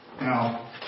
Now